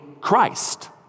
Christ